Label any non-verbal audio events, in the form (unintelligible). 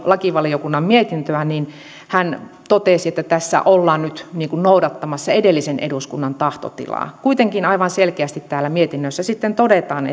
lakivaliokunnan mietintöä niin hän totesi että tässä ollaan nyt noudattamassa edellisen eduskunnan tahtotilaa kuitenkin aivan selkeästi täällä mietinnössä sitten todetaan (unintelligible)